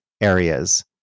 areas